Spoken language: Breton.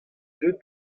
deuet